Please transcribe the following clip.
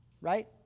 right